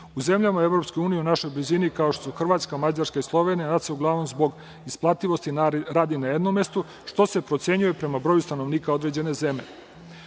U zemljama EU u našoj blizini, kao što su Hrvatska, Mađarska i Slovenija, NAT se uglavnom zbog isplativosti radio na jednom mestu, što se procenjuje prema broju stanovnika određene